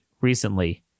recently